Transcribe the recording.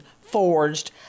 forged